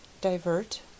Divert